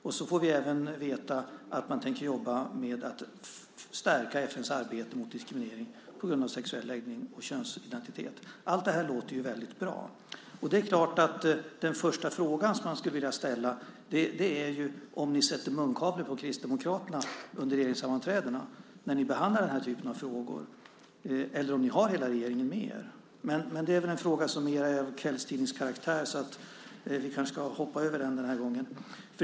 Och vi får även veta att man tänker jobba med att stärka FN:s arbete mot diskriminering på grund av sexuell läggning och könsidentitet. Allt det här låter ju väldigt bra. Det är klart att den första frågan som man skulle vilja ställa är: Sätter ni munkavle på Kristdemokraterna under regeringssammanträdena när ni behandlar den här typen av frågor, eller har ni hela regeringen med er? Men det är väl en fråga som är mer av kvällstidningskaraktär, så vi kanske ska hoppa över den den här gången.